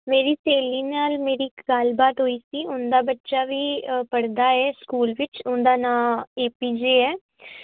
ਮੇਰੀ ਸਹੇਲੀ ਨਾਲ ਮੇਰੀ ਇੱਕ ਗੱਲਬਾਤ ਹੋਈ ਸੀ ਉਹਦਾ ਬੱਚਾ ਵੀ ਪੜਦਾ ਏ ਸਕੂਲ ਵਿੱਚ ਉਹਦਾ ਨਾਂ ਏਪੀਜੇ ਹੈ